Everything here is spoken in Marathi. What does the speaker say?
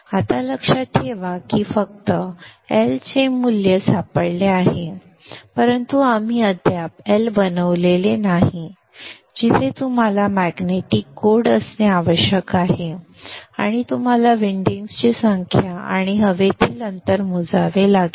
आता लक्षात ठेवा की आम्हाला फक्त L चे मूल्य सापडले आहे परंतु आपण अद्याप L बनवलेले नाही जिथे तुम्हाला मॅग्नेटिक कोड असणे आवश्यक आहे आणि तुम्हाला विंडिंग्सची संख्या आणि हवेतील अंतर मोजावे लागेल